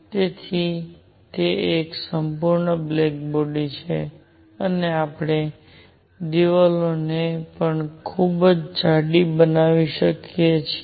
તેથી તે એક સંપૂર્ણ બ્લેક બોડી છે અને આપણે દિવાલોને પણ ખૂબ જાડી બનાવી શકીએ છીએ